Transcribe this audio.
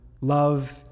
Love